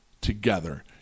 together